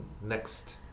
next